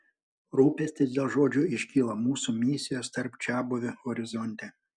rūpestis dėl žodžio iškyla mūsų misijos tarp čiabuvių horizonte